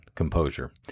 composure